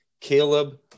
Caleb